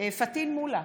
פטין מולא,